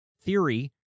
theory